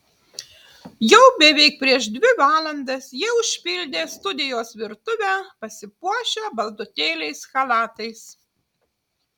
jau beveik prieš dvi valandas jie užpildė studijos virtuvę pasipuošę baltutėliais chalatais